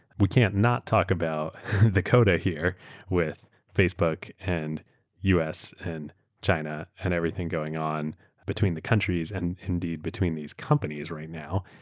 we can't not talk about the coda here with facebook and us, and china and everything going on between the countries and indeed between these companies right now.